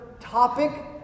topic